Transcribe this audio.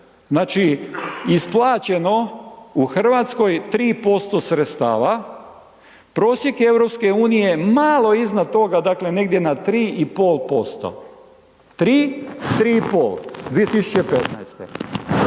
znači isplaćeno u Hrvatskoj 3% sredstava, prosjek je EU-a malo iznad toga, dakle negdje na 3,5%. 3, 3,5, 2015.